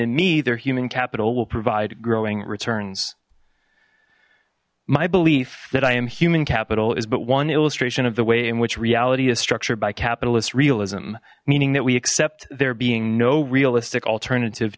in me their human capital will provide growing returns my belief that i am human capital is but one illustration of the way in which reality is structured by capitalist realism meaning that we accept there being no realistic alternative